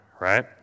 right